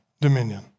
dominion